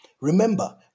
Remember